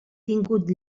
tingut